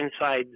inside